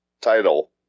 title